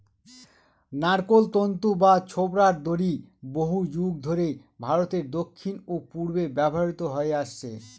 নারকোল তন্তু বা ছোবড়ার দড়ি বহুযুগ ধরে ভারতের দক্ষিণ ও পূর্বে ব্যবহৃত হয়ে আসছে